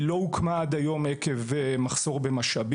לומר שהיא לא הוקמה עד היום עקב מחסור במשאבים.